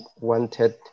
wanted